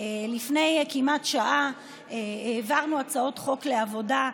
לפני כמעט שעה העברנו הצעות חוק לדיון,